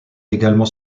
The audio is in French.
également